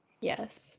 Yes